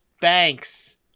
banks